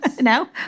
No